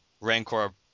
Rancor